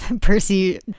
Percy